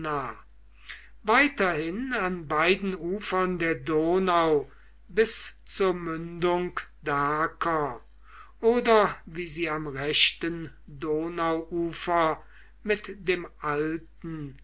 weiterhin an beiden ufern der donau bis zur mündung daker oder wie sie am rechten donauufer mit dem alten